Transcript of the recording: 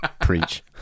preach